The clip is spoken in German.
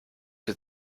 für